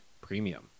Premium